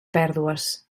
pèrdues